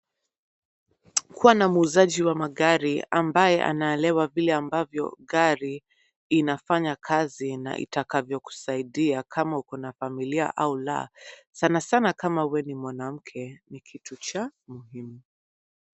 Kuwa na muuzaji wa magari ambaye anaelewa vle ambavyo gari inafanya kazi na itakavyo kusaidia kama uko na familia au la, sanasana kama wewe ni mwanamke ni kitu cha muhimu.